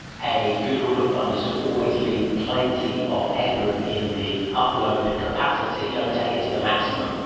a good rule of thumb is to always leave plenty of headroom in the upload capacity, don't take it to the maximum.